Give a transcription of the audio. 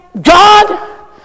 God